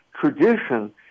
tradition